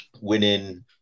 winning